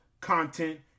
content